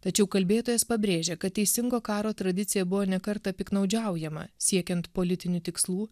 tačiau kalbėtojas pabrėžė kad teisingo karo tradicija buvo ne kartą piktnaudžiaujama siekiant politinių tikslų